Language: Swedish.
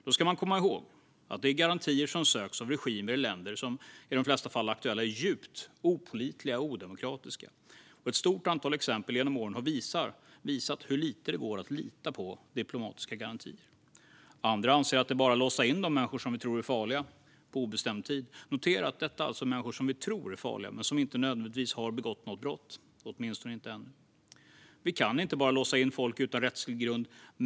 Då ska man komma ihåg att det är garantier som söks av regimer i länder som i de flesta aktuella fall är djupt opålitliga och odemokratiska. Ett stort antal exempel genom åren har visat hur lite det går att lita på diplomatiska garantier. Andra anser att det bara är att låsa in de människor som vi tror är farliga på obestämd tid. Notera att detta alltså är människor som vi tror är farliga men som inte nödvändigtvis har begått något brott - åtminstone inte än. Vi kan inte bara låsa in folk utan rättslig grund.